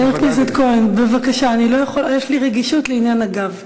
חבר הכנסת כהן, בבקשה, יש לי רגישות לעניין הגב.